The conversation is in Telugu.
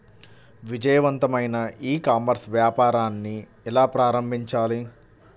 విజయవంతమైన ఈ కామర్స్ వ్యాపారాన్ని ఎలా ప్రారంభించాలి?